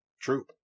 True